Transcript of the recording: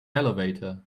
elevator